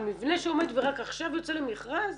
אבל מבנה שעומד ורק עכשיו יוצא למכרז.